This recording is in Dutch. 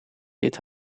dit